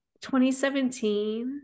2017